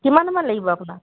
কিমানমান লাগিব আপোনাক